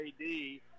jd